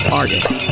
artist